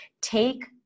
take